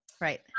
Right